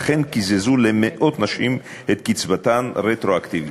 לכן קיזזו למאות נשים את קצבתן רטרואקטיבית.